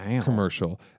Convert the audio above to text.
commercial